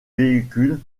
véhicule